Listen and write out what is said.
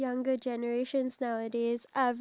your ideas to the team